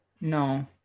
No